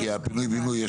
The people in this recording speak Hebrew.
כי הפינוי בינוי,